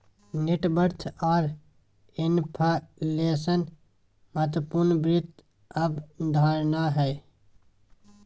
net worth आर inflation महत्वपूर्ण वित्त अवधारणा हय